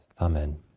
Amen